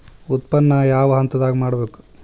ಉತ್ಪನ್ನ ಯಾವ ಹಂತದಾಗ ಮಾಡ್ಬೇಕ್?